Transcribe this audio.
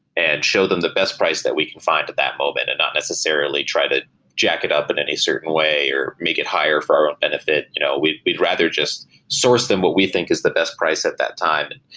and show them the best price that we can find at that moment and not necessarily try to jack it up in any certain way, or make it higher for our own benefit you know we'd we'd rather just source them what we think is the best price at that time.